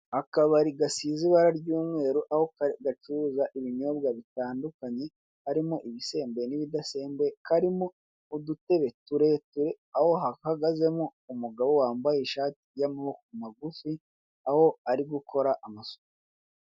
Akabari gasize ibara ry'umweru aho gacuruza ibinyobwa bitandukanye harimo ibisembuye n'ibidasembuye, karimo udutebe tureture, aho hahagazemo umugabo wambaye ishati y'amaboko magufi, aho ari gukora amasuku.